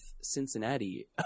Cincinnati